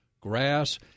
grass